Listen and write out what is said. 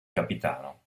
capitano